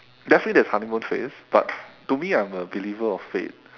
definitely there's honeymoon phase but to me I'm a believer of fate